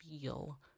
feel